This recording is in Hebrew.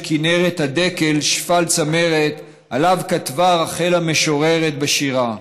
כנרת הדקל שפל צמרת שעליו כתבה רחל המשוררת בשירה.